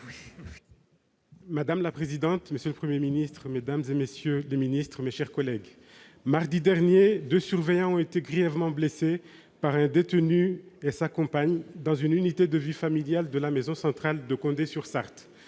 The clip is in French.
Madame la présidente, monsieur le Premier ministre, mesdames, messieurs les ministres, mes chers collègues, mardi dernier, deux surveillants ont été grièvement blessés par un détenu et sa compagne dans une unité de vie familiale de la maison centrale de Condé-sur-Sarthe.